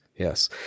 Yes